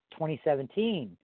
2017